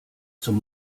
zum